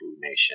Nation